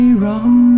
wrong